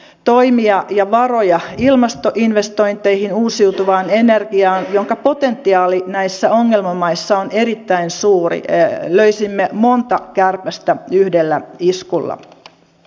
ohjaamalla toimia ja varoja ilmastoinvestointeihin uusiutuvaan energiaan jonka potentiaali näissä ongelmamaissa on erittäin suuri löisimme monta kärpästä yhdellä iskulla